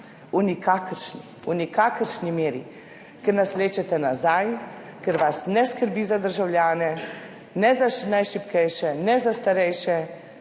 ljudstva. V nikakršni meri, ker nas vlečete nazaj, ker vas ne skrbi za državljane, ne za najšibkejše, ne za starejše,